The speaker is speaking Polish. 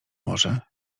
może